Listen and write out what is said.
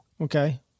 okay